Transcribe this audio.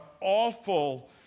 awful